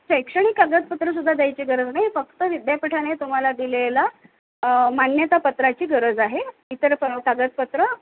शैक्षणिक कागदपत्रसुद्धा द्यायची गरज नाही फक्त विद्यापीठाने तुम्हाला दिलेलं मान्यतापत्राची गरज आहे इतर प कागदपत्रं